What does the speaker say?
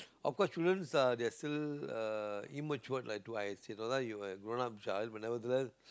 of course childrens are they are still uh immature like to I say you are grown up child but nevertheless